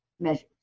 Measures